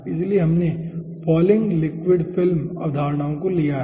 इसलिए हमने falling liquid film अवधारणाओं को लिया है